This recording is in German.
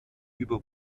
über